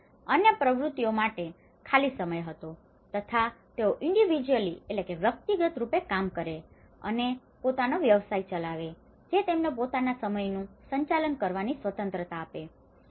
તેથી અન્ય પ્રવૃત્તિઓ માટે ખાલી સમય હતો તથા તેઓ ઇન્ડીવિજયુઅલી individually વ્યક્તિગત રૂપે કામ કરે છે અને પોતાનો વ્યવસાય ચલાવે છે જે તેમને પોતાના સમયનું સંચાલન કરવાની સ્વતંત્રતા આપે છે